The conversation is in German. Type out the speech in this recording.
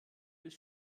des